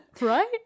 Right